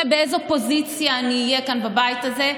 באיזה פוזיציה אני אהיה כאן בבית הזה,